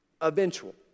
eventual